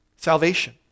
salvation